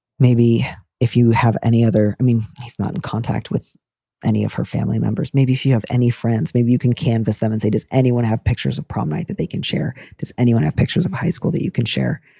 maybe if you have any other i mean, he's not in contact with any of her family members. maybe if you have any friends, maybe you can canvass them and say, does anyone have pictures of prom night that they can share? does anyone have pictures of high school that you can share?